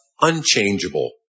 unchangeable